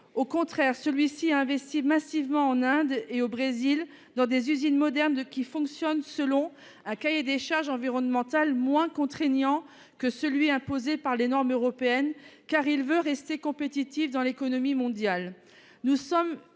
Au contraire, celui-ci a investi massivement en Inde et au Brésil dans des usines modernes qui fonctionnent selon un cahier des charges environnementales moins contraignant que celui imposé par les normes européennes, car il veut rester compétitif dans l'économie mondiale. Nous sommes